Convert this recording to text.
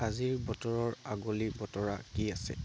আজিৰ বতৰৰ আগলি বতৰা কি আছে